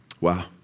Wow